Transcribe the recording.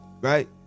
Right